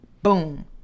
Boom